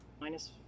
minus